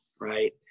right